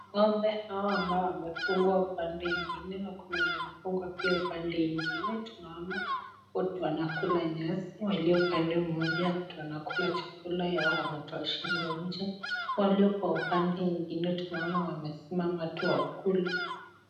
Ng'ombe hawa ambao wamefungwa pande ingine na kuna wenye wamefungwa pia upande ingine, tunaona wote wanakula nyasi walio upande mmoja wote wanakula chakula yao wametoa shingo nje, wale kwa upande ingine tunaona wamesimama tu hawakuli.